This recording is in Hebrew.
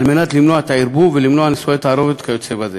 כדי למנוע ערבוב, נישואי תערובת וכיוצא בהם.